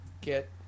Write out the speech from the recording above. get